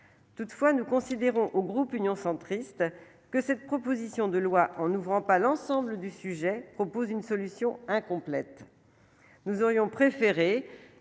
toutefois nous considérons au groupe Union centriste que cette proposition de loi en ouvrant pas l'ensemble du sujet, propose une solution incomplète. Nous aurions préféré